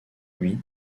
lui